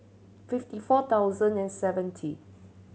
fifty four thousand and seventy